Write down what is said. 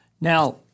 Now